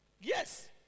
Yes